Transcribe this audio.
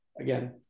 again